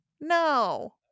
no